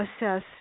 assess